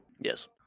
Yes